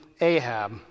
Ahab